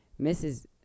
Mrs